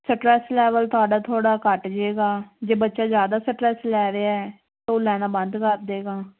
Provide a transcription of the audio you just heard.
stress level ਤੁਹਾਡਾ ਥੋੜ੍ਹਾ ਘੱਟ ਜੇਗਾ ਜੇ ਬੱਚਾ ਜ਼ਿਆਦਾ ਸਟਰੈਸ ਲੈ ਰਿਹਾ ਉਹ ਲੈਣਾ ਬੰਦ ਕਰ ਦੇਗਾ